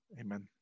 Amen